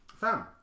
fam